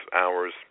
hours